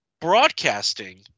broadcasting